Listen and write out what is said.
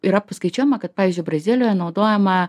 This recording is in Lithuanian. yra paskaičiuojama kad pavyzdžiui brazilijoje naudojama